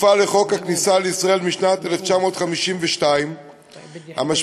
וכפופה לחוק הכניסה לישראל משנת 1952. הדבר